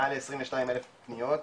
מעל ל-22,000 פניות,